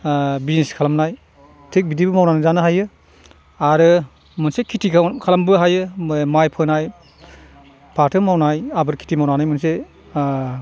business खालामनाय थिग बिदिबो मावनानै जानो हायो आरो मोनसे खेति खालामनोबो हायो माइ फोनाय फाथो मावनाय आबाद खेति मावनानै मोनसे